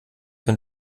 wenn